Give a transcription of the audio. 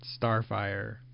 Starfire